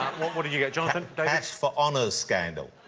what did you get, jonathan, david? cash for honours scandal.